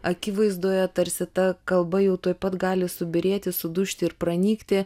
akivaizdoje tarsi ta kalba jau tuoj pat gali subyrėti sudužti ir pranykti